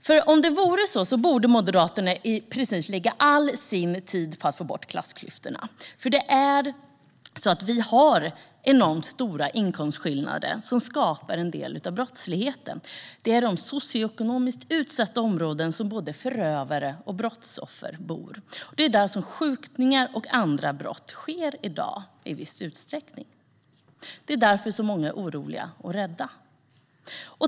För om det vore så borde Moderaterna lägga i princip all sin tid på att få bort klassklyftorna. Det är enormt stora inkomstskillnader som skapar en del av brottsligheten. Det är i socioekonomiskt utsatta områden som både förövare och brottsoffer bor, och det är där som i viss utsträckning skjutningarna och andra brott sker i dag. Det är därför som många är oroliga och rädda.